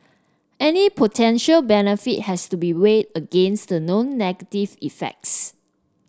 any potential benefit has to be weighed against the known negative effects